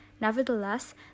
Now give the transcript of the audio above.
Nevertheless